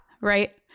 Right